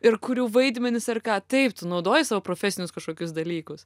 ir kuriu vaidmenis ar ką taip tu naudoji savo profesinius kažkokius dalykus